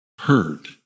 heard